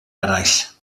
eraill